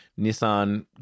Nissan